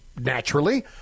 naturally